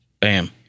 Bam